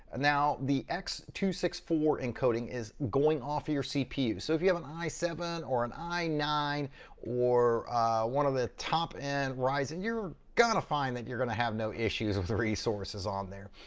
now the x two six four encoding is going off of your cpu, so if you have an i seven or an i nine or one of the top end ryzen, you're gonna find that you're gonna have no issues of the resources on there.